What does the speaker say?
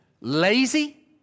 Lazy